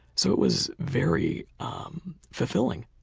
so it was very um fulfilling.